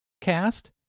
cast